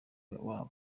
wabo